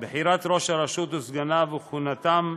(בחירת ראש הרשות וסגניו וכהונתם),